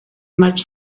much